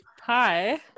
hi